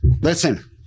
Listen